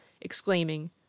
exclaiming